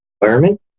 Environment